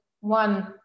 one